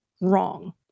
wrong